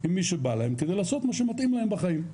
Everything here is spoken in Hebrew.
עם מי שבא להם כדי לעשות מה שמתאים להם בחיים.